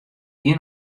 hie